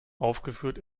aufgeführt